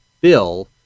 Bill